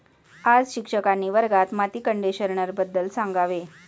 आज शिक्षकांनी वर्गात माती कंडिशनरबद्दल सांगावे